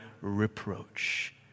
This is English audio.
reproach